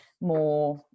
more